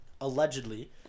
allegedly